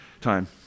time